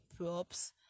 props